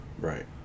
Right